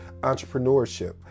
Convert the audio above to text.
entrepreneurship